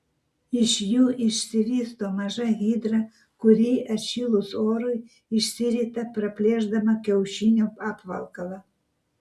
iš jų išsivysto maža hidra kuri atšilus orui išsirita praplėšdama kiaušinio apvalkalą